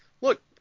look